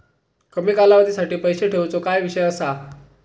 कमी कालावधीसाठी पैसे ठेऊचो काय विषय असा?